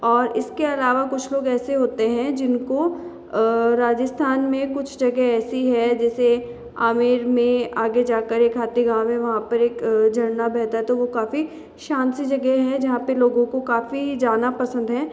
और इसके अलावा कुछ लोग ऐसे होते है जिनको राजस्थान में कुछ जगह ऐसी है जैसे आमेर में आगे जाके एक हाथी गाँव है वहाँ पर झरना बहता है तो वो काफ़ी शांत सी जगह है जहाँ पे लोगों को काफ़ी जाना पसंद है